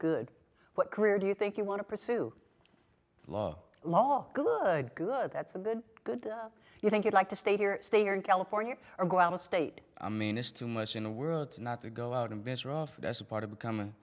good what career do you think you want to pursue law law good good that's a good good you think you'd like to stay here stay here in california or go out of state i mean it's too much in the world not to go out and venture off as a part of becoming